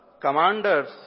commanders